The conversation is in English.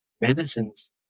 medicines